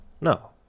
No